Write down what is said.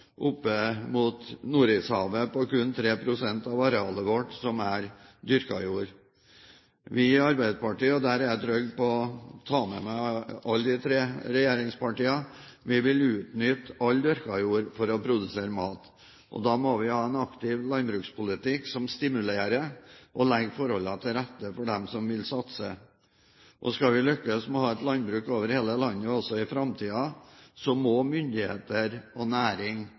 mot Nordishavet på kun 3 pst. av arealet vårt, som er dyrket jord. Vi i Arbeiderpartiet – og der er jeg trygg på å ta med meg alle de tre regjeringspartiene – vil utnytte all dyrket jord til å produsere mat. Da må vi ha en aktiv landbrukspolitikk som stimulerer og legger forholdene til rette for dem som vil satse. Og skal vi lykkes med å ha et landbruk over hele landet også i framtiden, må myndigheter og næring